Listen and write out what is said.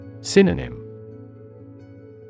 Synonym